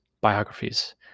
biographies